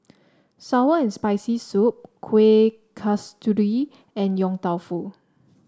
sour and Spicy Soup Kueh Kasturi and Yong Tau Foo